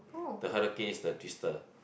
the hurricane is the twister